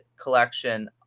collection